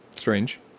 strange